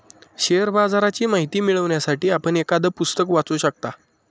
share बाजाराची माहिती मिळवण्यासाठी आपण एखादं पुस्तक वाचू शकता